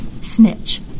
snitch